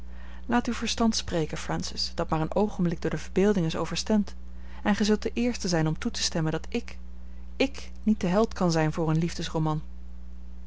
laat uw verstand spreken francis dat maar een oogenblik door de verbeelding is overstemd en gij zult de eerste zijn om toe te stemmen dat ik ik niet de held kan zijn voor een liefdesroman